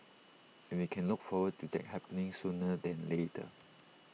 and we can look forward to that happening sooner than later